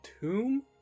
tomb